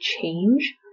change